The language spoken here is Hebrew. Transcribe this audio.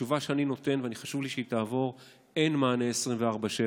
והתשובה שאני נותן וחשוב לי שהיא תעבור: אין מענה 24/7